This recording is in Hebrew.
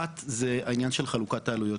אחת, העניין של חלוקת העלויות.